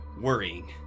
worrying